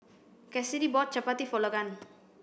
Cassidy bought Chapati for Logan